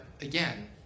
again